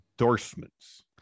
endorsements